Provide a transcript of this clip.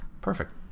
perfect